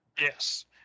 Yes